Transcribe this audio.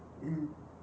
mmhmm